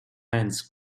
hands